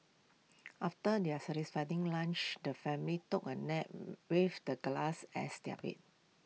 after their satisfying lunch the family took A nap with the glass as their bed